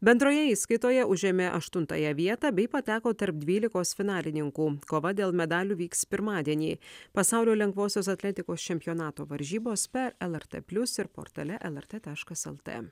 bendroje įskaitoje užėmė aštuntąją vietą bei pateko tarp dvylikos finalininkų kova dėl medalių vyks pirmadienį pasaulio lengvosios atletikos čempionato varžybos per lrt plius ir portale lrt taškas lt